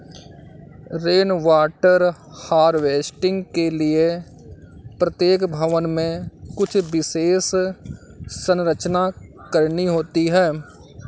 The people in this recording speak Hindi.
रेन वाटर हार्वेस्टिंग के लिए प्रत्येक भवन में कुछ विशेष संरचना करनी होती है